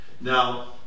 Now